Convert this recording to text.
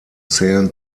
zählen